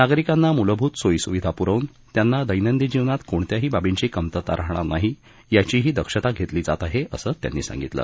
नागरिकांना मुलभूत सोयी सुविधा पुरवून त्यांना दैनंदिन जीवनात कोणत्याही बाबींची कमतरता राहणार नाही याचीही दक्षता घेतली जात आहे असं त्यांनी सांगितलं